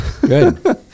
Good